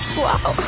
wow!